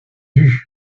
vus